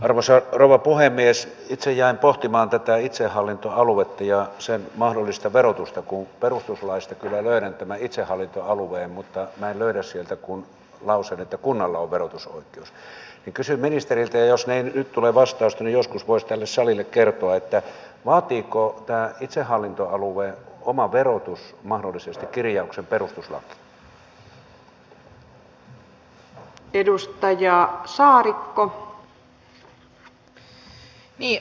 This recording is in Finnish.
arvoisa rouva puhemies itse jäin pohtimaan aiemminkin puhuttu ja sen mahdollista verotusta kun perustuslaista kyllä myönnettävä itsehallintoalueen mutta vain oire siitä kun toivonkin että yli puoluerajojen ja myös yli maantieteellisten rajojen me saamme tukea sille että tämä hanke saisi nimenomaan niin sanotun eun kasvurahaston rahaa